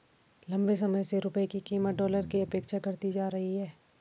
लंबे समय से रुपये की कीमत डॉलर के अपेक्षा घटती जा रही है